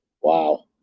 wow